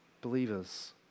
Believers